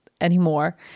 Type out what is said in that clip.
anymore